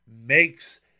Makes